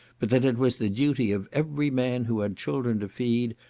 but that it was the duty of every man who had children to feed,